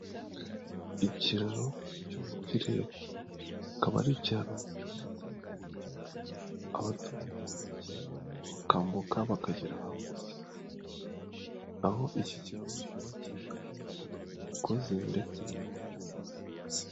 Ikiraro cyo mu kirere. Akaba ari icyaro cyubatse ku buryo abaturage bakinyuramo bakambuka bakagera hakurya. Aho iki kiraro cyubakishije imigozi ndetse n'ibyuma.